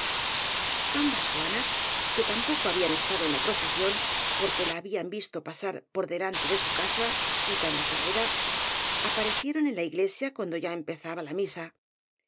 ambas juanas que tampoco habían estado en la procesión porque la habían visto pasar por delan te de su casa sita en la carrera aparecieron en la iglesia cuando ya empezaba la misa